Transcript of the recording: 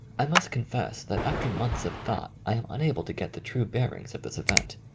i must confess that after months of thought i am unable to get the true bear ings of this event.